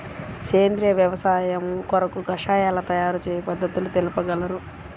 సేంద్రియ వ్యవసాయము కొరకు కషాయాల తయారు చేయు పద్ధతులు తెలుపగలరు?